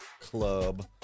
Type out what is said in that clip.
club